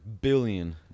billion